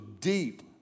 deep